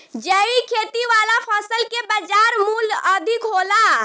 जैविक खेती वाला फसल के बाजार मूल्य अधिक होला